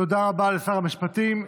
תודה רבה לשר המשפטים.